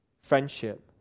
friendship